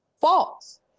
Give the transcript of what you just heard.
false